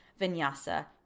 vinyasa